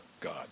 God